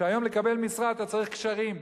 שהיום כדי לקבל משרה אתה צריך קשרים.